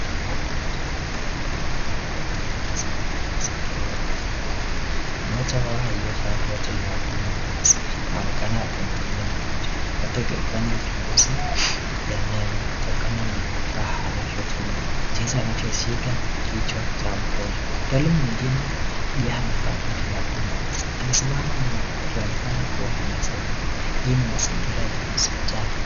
Hawa ni wataalamu wawili wa afya wakifanya kazi katika mazingira ya kliniki. Mmoja wao aliyevaa koti la blue na mask anaonekana akimhudumia mgonjwa, labda akifanya uchunguzi ya meno kutokana na vifaa anavyotumia, jinsi anavyoshika kichwa cha mgonjwa. Mtaalamu mwingine pia amevaa koti la buluu na mask, anasimama nyuma akionekana kuwa anasaidia. Hii ni mazingira ya hospitali.